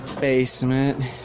basement